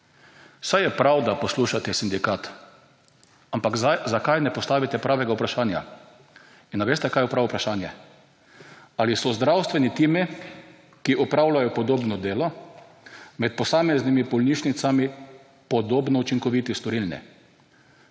Saj je prav, da poslušate sindikat, ampak zakaj ne postavite pravega vprašanja. Ali veste kaj je pravo vprašanje ali so zdravstveni timi, ki opravljajo podobno delo md posameznimi bolnišnicami podobno učinkoviti, storilni?